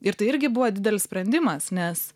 ir tai irgi buvo didelis sprendimas nes